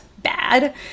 bad